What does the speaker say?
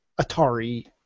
Atari